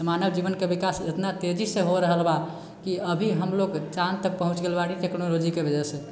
तऽ मानव जीवनके विकास इतना तेजीसँ हो रहल बा कि अभी हम लोग चाँद तक पहुँच गेल बाड़ी टेक्नोलॉजीके वजहसँ